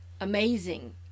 amazing